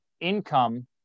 income